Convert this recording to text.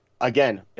again